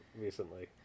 recently